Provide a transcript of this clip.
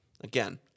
Again